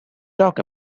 talk